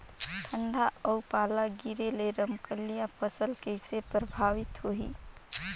ठंडा अउ पाला गिरे ले रमकलिया फसल कइसे प्रभावित होही?